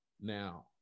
Now